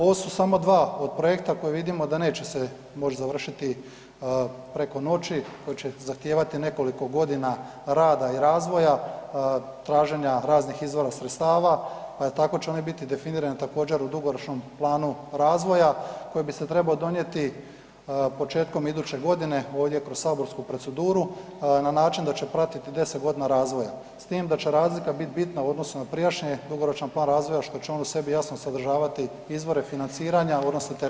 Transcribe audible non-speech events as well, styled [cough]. Ovo su samo dva od projekta koja vidimo da neće se moći završiti preko noći, koji će zahtijevati nekoliko godina rada i razvoja, traženja raznih izvora sredstava, pa je tako će oni biti definirani također, u dugoročnom planu razvoja koji bi se trebao donijeti početkom iduće godine ovdje kroz saborsku proceduru na način da će pratiti 10 godina razvoja, s time da će razlika biti bitna u odnosu na prijašnje dugoročan plan razvoja što će on u sebi jasno sadržavati izvore financiranja u odnosu na [[Upadica: Hvala.]] [unintelligible] provedbe.